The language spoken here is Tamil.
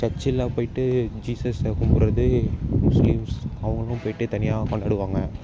சர்ச்சில் போய்ட்டு ஜீசஸை கும்பிடுறது முஸ்லிம்ஸ் அவங்களும் போய்ட்டு தனியாக கொண்டாடுவாங்க